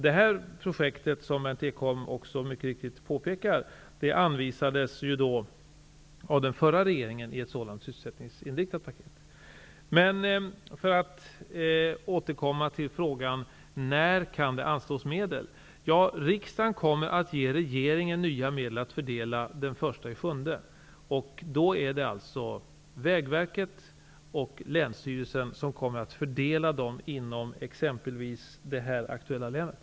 Det här projektet anvisades, som Berndt Ekholm mycket riktigt påpekade, av den förra regeringen i ett sysselsättningsinriktat paket. För att återkomma till frågan om när medel kan anslås, vill jag säga följande. Riksdagen kommer att ge regeringen nya medel att fördela den 1 juli. Det blir alltså Vägverket och länsstyrelsen som kommer att fördela medlen inom exempelvis det här aktuella länet.